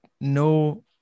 no